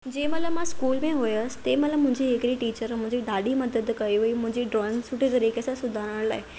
जेमहिल मां स्कूल में हुयसि तंहिंमहिल मुंहिंजी हिकिड़ी टीचर हूंदी हुई ॾाढी मदद कई हुई मुंहिंजी ड्राइंग सुठे तरीक़े सां सुधारण लाइ